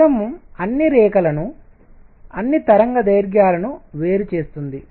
prism అన్ని రేఖలను అన్ని తరంగదైర్ఘ్యాలను వేరు చేస్తుంది